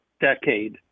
decade